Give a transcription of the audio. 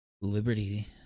Liberty